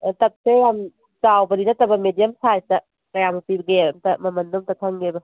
ꯇꯞꯁꯦ ꯌꯥꯝ ꯆꯥꯎꯕꯗꯤ ꯅꯠꯇꯕ ꯃꯦꯗꯤꯌꯝ ꯁꯥꯏꯖꯇ ꯀꯌꯥꯃꯨꯛ ꯄꯤꯒꯦ ꯑꯝꯇ ꯃꯃꯟꯗꯣ ꯑꯝꯇ ꯈꯪꯒꯦꯕ